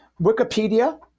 Wikipedia